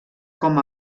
com